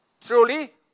truly